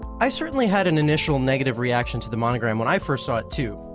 i certainly had an initial negative reaction to the monogram when i first saw too.